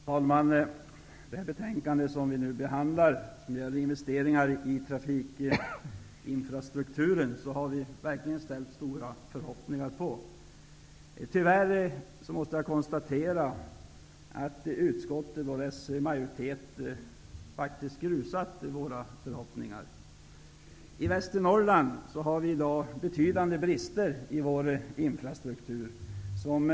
Fru talman! Det betänkande vi nu behandlar gäller investeringar i trafikens infrastruktur. Vi hade verkligen ställt stora förhoppningar till det. Tyvärr måste jag konstatera att utskottets majoritet faktiskt har grusat våra förhoppningar. Vi har i dag betydande brister i infrastrukturen i Västernorrland.